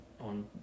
on